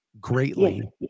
greatly